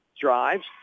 Drives